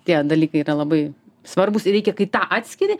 tie dalykai yra labai svarbūs ir reikia kai tą atskiri